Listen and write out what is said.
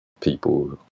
people